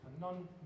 none